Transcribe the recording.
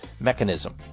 mechanism